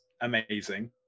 amazing